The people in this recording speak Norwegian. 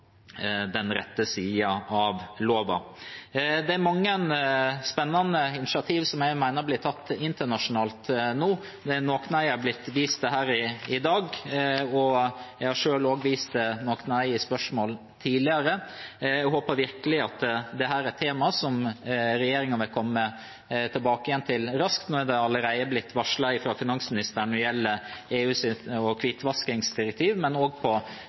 den riktige siden av loven. Det er mange spennende initiativ som jeg mener blir tatt internasjonalt nå. Noen av dem har det blitt vist til her i dag. Jeg har selv også vist til noen i spørsmål tidligere. Jeg håper virkelig at dette er et tema som regjeringen vil komme tilbake til raskt. Nå er det allerede blitt varslet fra finansministeren når det gjelder EU og hvitvaskingsdirektiv, men det gjelder også i andre saker og